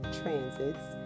transits